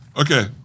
Okay